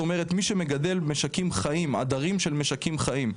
זאת אומרת מי שמגדל עדרים של משקים חיים,